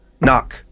knock